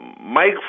Mike